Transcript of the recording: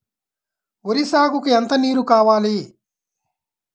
వరి సాగుకు ఎంత నీరు కావాలి?